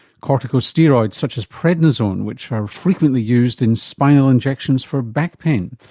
corticosteroids, such as prednisone which are frequently used in spinal injections for back pain.